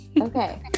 Okay